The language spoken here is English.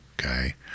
Okay